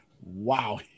wow